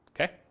Okay